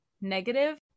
negative